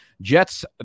Jets